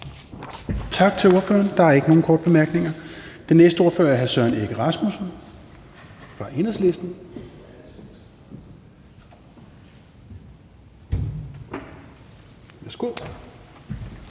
Tak til ordføreren. Der er ikke nogen korte bemærkninger. Den næste ordfører er hr. Søren Egge Rasmussen fra Enhedslisten. Kl.